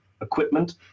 equipment